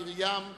מרים,